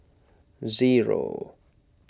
zero